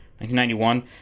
1991